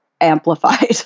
amplified